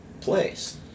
place